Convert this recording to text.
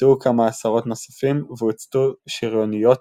נפצעו כמה עשרות נוספים והוצתו שריוניות